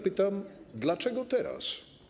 Pytam: Dlaczego teraz?